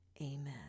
Amen